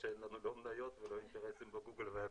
שאין לנו לא מניות ולא אינטרסים בגוגל ואפל.